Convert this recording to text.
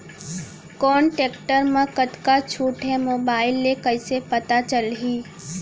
कोन टेकटर म कतका छूट हे, मोबाईल ले कइसे पता चलही?